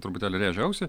truputėlį rėžia ausį